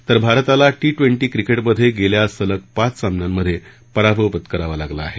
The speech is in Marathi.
तर भारताला टी ट्वेंटी क्रिकेटमधे गेल्या सलग पाच सामन्यांमधे पराभव पत्कारावा लागला आहे